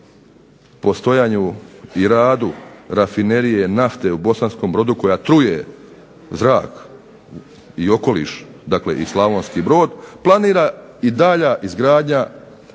postojanju i radu rafinerije nafte u Bosankom Brodu, koja truje zrak i okoliš, dakle i Slavonski Brod, planira i dalja izgradnja